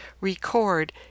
Record